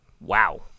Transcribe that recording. Wow